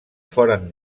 foren